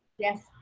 yes.